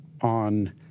on